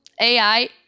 AI